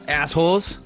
assholes